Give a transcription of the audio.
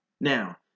now